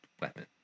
weapon